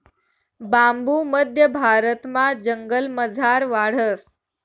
बांबू मध्य भारतमा जंगलमझार वाढस